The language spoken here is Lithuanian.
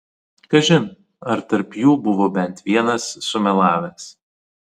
kažin ar tarp jų buvo bent vienas sumelavęs